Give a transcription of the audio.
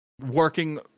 working